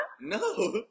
no